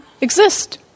exist